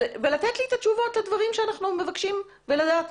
ולתת לי את התשובות לדברים שאנחנו מבקשים לדעת.